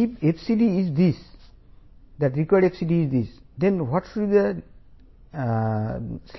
ఇప్పుడు డిజైన్ చేయడానికి మొదట మనం యాంగిల్